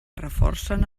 reforcen